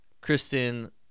Kristen